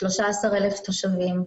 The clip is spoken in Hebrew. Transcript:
13,000 תושבים,